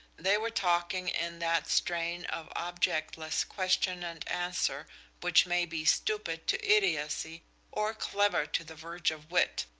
they were talking in that strain of objectless question and answer which may be stupid to idiocy or clever to the verge of wit,